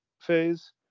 phase